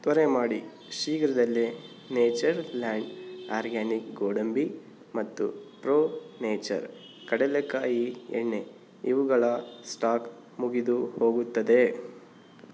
ತ್ವರೆ ಮಾಡಿ ಶೀಘ್ರದಲ್ಲೆ ನೇಚರ್ ಲ್ಯಾಂಡ್ ಆರ್ಗ್ಯಾನಿಕ್ ಗೋಡಂಬಿ ಮತ್ತು ಪ್ರೋ ನೇಚರ್ ಕಡಲೆಕಾಯಿ ಎಣ್ಣೆ ಇವುಗಳ ಸ್ಟಾಕ್ ಮುಗಿದು ಹೋಗುತ್ತದೆ